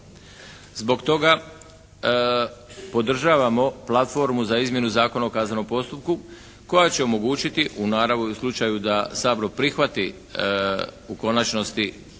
Zbog toga podržavamo platformu za izmjenu Zakona o kaznenom postupku koja će omogućiti u naravu i u slučaju da Sabor prihvati u konačnosti